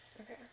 Okay